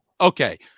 Okay